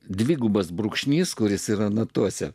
dvigubas brūkšnys kuris yra natose